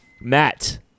Matt